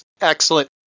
excellent